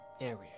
area